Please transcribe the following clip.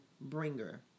bringer